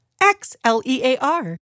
X-L-E-A-R